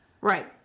right